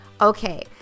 Okay